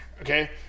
Okay